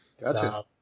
Gotcha